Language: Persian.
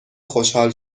خوشحال